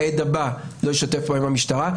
העד הבא לא ישתף פעולה עם המשטרה,